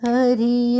Hari